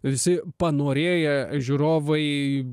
visi panorėję žiūrovai